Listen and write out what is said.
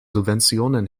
subventionen